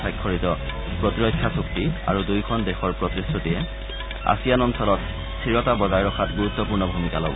স্বাক্ষৰিত প্ৰতিৰক্ষা চুক্তি আৰু দুয়োখন দেশৰ প্ৰতিশ্ৰুতিয়ে আছিয়ান অঞ্চলত স্থিৰতা বজাই ৰখাত গুৰুত্বপূৰ্ণ ভূমিকা ল'ব